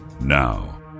Now